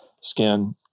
skin